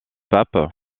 pape